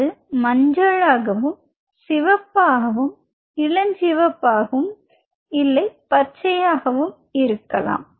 அது மஞ்சளாகவும் சிவப்பாகவும் இளஞ்சிவப்பாகவும் இல்லை பச்சையாகவும் இருக்கலாம்